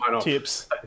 tips